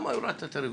למה הורדת את הרוויזיה?